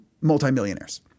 multimillionaires